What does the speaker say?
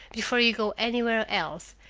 before you go anywhere else,